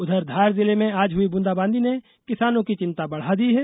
उधर धार जिले में आज हुई बुंदाबादी ने किसानों की चिंता बढ़ा दी है